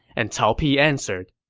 and cao pi answered,